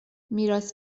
میراث